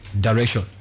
direction